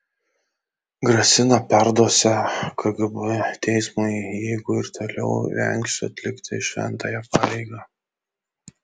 grasina perduosią kgb teismui jeigu ir toliau vengsiu atlikti šventąją pareigą